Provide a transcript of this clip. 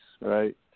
right